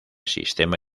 sistema